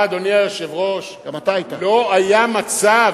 סליחה, אדוני היושב-ראש, לא היה מצב